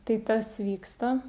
tai tas vyksta